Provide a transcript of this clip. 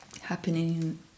happening